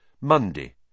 Monday